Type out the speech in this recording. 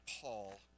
Paul